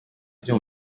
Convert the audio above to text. ryo